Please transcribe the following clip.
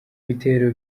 bitero